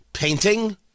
Painting